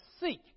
seek